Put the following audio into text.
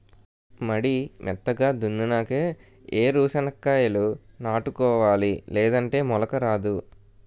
మడి మెత్తగా దున్నునాకే ఏరు సెనక్కాయాలు నాటుకోవాలి లేదంటే మొలక రాదు